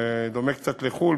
דומה קצת לחו"ל,